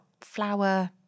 flour